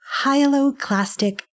hyaloclastic